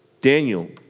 Daniel